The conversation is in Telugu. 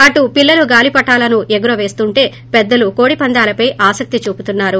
అటు పిల్లలు గాలీపటాలను ఎగరవేస్తుంటే పెద్దలు కోడిపందేలపై ఆసక్తి చూపుతున్నారు